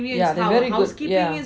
yeah they very good yeah